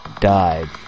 died